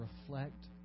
reflect